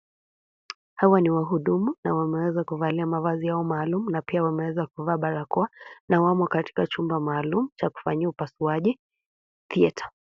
Hawa ni wahudumu na wameweza kuvaa nguo zao maalum na pia wameweza kuvaa barakoa. Wamo katika chumba maalum cha kufanyia upasuaji (C/S theatre).